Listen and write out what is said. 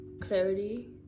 clarity